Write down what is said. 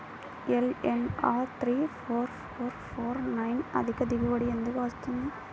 LNR three four four four nine అధిక దిగుబడి ఎందుకు వస్తుంది?